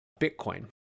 Bitcoin